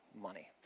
money